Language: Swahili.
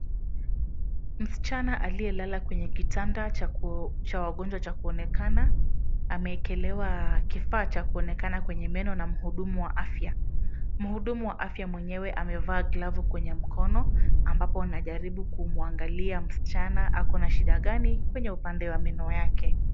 Msichana aliyelala kwenye kitanda cha wagonjwa cha kuonekana, ameekelewa kifaa cha kuonekana kwenye meno na mhudumu wa afya, mhudumu wa afya mwenyewe amevaa glavu kwenye mkono ambapo anajaribu kumwangalia msichana ako na shida gani kwenye upande wa meno yake.